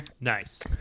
nice